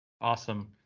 Awesome